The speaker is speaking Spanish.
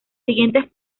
siguientes